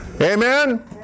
Amen